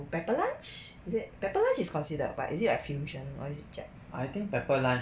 pepper lunch is it pepper lunch is considered but is it like fusion or is it jap~